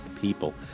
People